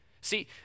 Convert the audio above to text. See